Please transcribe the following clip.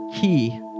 key